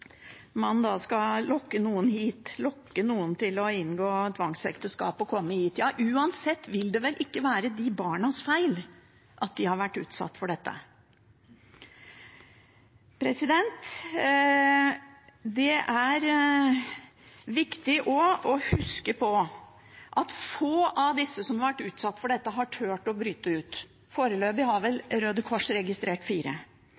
man da kan lokke noen til å inngå tvangsekteskap og komme hit. Uansett vil det vel ikke være de barnas feil at de har vært utsatt for dette. Det er også viktig å huske på at få av dem som har vært utsatt for dette, har turt å bryte ut. Foreløpig har vel Røde Kors registrert fire.